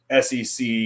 SEC